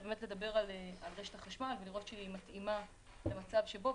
זה לדבר על רשת החשמל ולראות שהיא מתאימה למצב שפה,